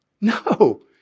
No